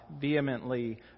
vehemently